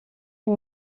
une